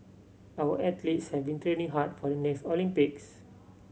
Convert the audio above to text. our athletes have been training hard for the next Olympics